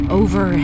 over